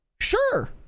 Sure